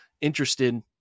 interested